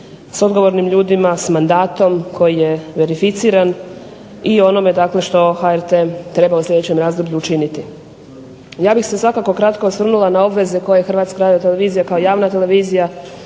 s odgovornim ljudima, s mandatom koji je verificiran i ono što HRT treba u idućem razdoblju učiniti. Ja bih se svakako kratko osvrnula koje Hrvatska radiotelevizija kao javna televizija